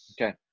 Okay